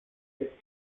mit